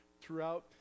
throughout